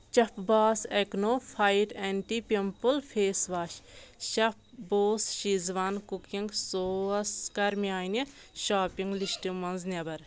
چٮ۪ف boss acne fight anti pimple face wash chef boss Schezwan cooking sauce کَر میانہِ shopping list منٛز نٮ۪بر